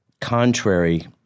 contrary